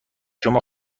شما